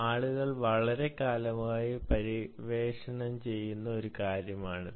ആളുകൾ വളരെക്കാലമായി പര്യവേക്ഷണം ചെയ്യുന്ന ഒരു കാര്യമാണിത്